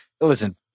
listen